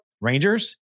Rangers